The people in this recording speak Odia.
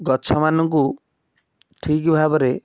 ଗଛମାନଙ୍କୁ ଠିକ୍ ଭାବରେ